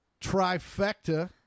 trifecta